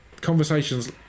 conversations